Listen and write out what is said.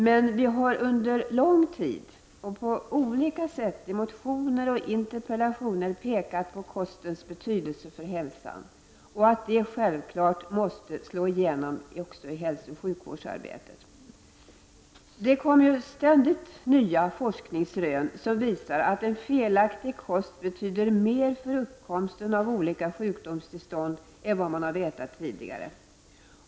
Men vi har under lång tid och på olika sätt i motioner och interpellationer pekat på kostens betydelse för hälsan — och att det självklart måste slå igenom också i hälsooch sjukvårdsarbetet. Det kommer ständigt nya forskningsrön som visar att felaktig kost betyder mer för uppkomsten av olika sjukdomstillstånd än vad man har vetat tidigare.